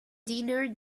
dinner